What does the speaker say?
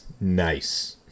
Nice